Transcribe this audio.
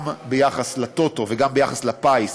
גם ביחס ל"טוטו" וגם ביחס ל"פיס",